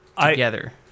together